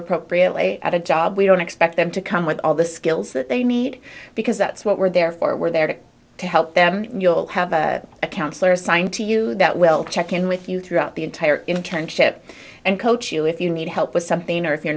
appropriately at a job we don't expect them to come with all the skills that they need because that's what we're there for we're there to help them you'll have a counselor assigned to you that will check in with you throughout the entire in can ship and coach you if you need help with something or if you're